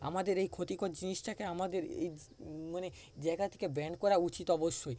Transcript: আমাদের এই ক্ষতিকর জিনিসটাকে আমাদের এই মানে জায়গা থেকে ব্যান করা উচিত অবশ্যই